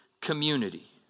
community